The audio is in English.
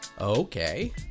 Okay